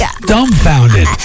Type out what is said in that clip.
dumbfounded